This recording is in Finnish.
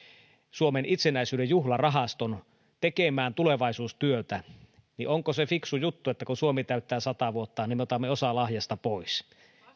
suomen itsenäisyyden juhlarahaston tekemään tulevaisuustyötä niin onko se fiksu juttu että kun suomi täyttää sata vuotta niin me otamme osan lahjasta pois